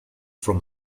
from